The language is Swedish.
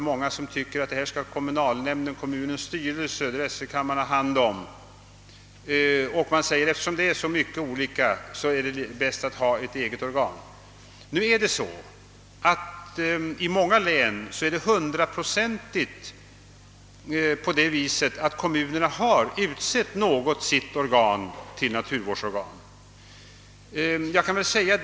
Många tycker att kommunalnämnden, kommunens styrelse eller drätselkammaren skall ha hand om dessa frågor, och eftersom det rör så många olika organ vore det måhända bättre med ett särskilt sådant. I många län har samtliga kommuner utsett något av sina organ till naturvårdsorgan.